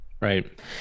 right